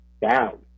down